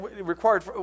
required